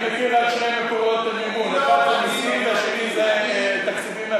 אני מכיר רק שני מקורות מימון: אחד זה מסים והשני זה תקציבים אחרים.